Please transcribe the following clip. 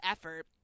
effort